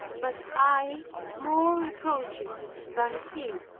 but i more reproaches than he.